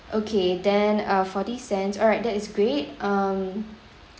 okay then uh forty cents alright that is great um